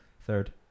Third